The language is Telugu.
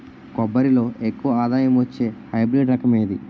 కొబ్బరి లో ఎక్కువ ఆదాయం వచ్చే హైబ్రిడ్ రకం ఏది?